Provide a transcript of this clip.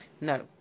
No